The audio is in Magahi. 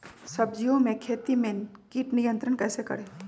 सब्जियों की खेती में कीट नियंत्रण कैसे करें?